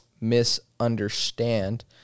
misunderstand